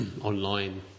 online